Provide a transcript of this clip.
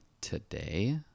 today